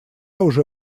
уже